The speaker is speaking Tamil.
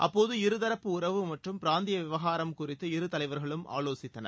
அப்போது இருதரப்பு உறவு மற்றும் பிராந்திய விவகாரம் குறித்து இருதலைவர்களும் ஆவோசித்தனர்